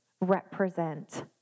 represent